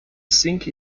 sink